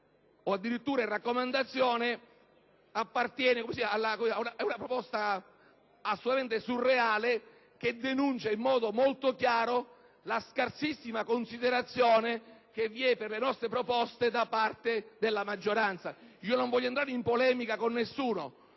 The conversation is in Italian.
l’accoglimento come raccomandazione, e una proposta assolutamente surreale, che denuncia in modo molto chiaro la scarsissima considerazione che vi eper le nostre proposte da parte della maggioranza. Non voglio entrare in polemica con nessuno,